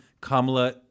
Kamala